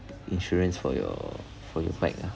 insurance for your for your bike ah